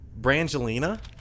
Brangelina